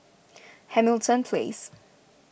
Hamilton Place